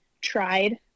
tried